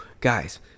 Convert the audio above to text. guys